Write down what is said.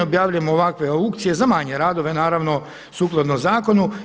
Objavljujemo ovakve aukcije za manje radove, naravno sukladno zakonu.